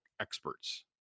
experts